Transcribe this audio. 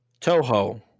Toho